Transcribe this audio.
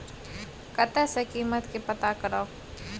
कतय सॅ कीमत के पता करब?